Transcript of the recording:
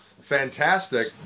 fantastic